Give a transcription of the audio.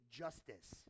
justice